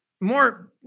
more